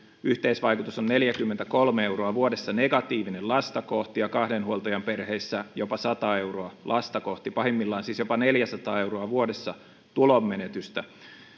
yhteisvaikutus on neljäkymmentäkolme euroa vuodessa negatiivinen lasta kohti ja kahden huoltajan perheissä jopa sata euroa lasta kohti pahimmillaan siis jopa neljäsataa euroa vuodessa tulonmenetystä